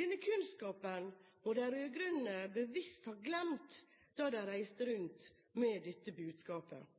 Denne kunnskapen må de rød-grønne bevisst ha glemt da de reiste rundt med dette budskapet.